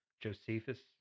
Josephus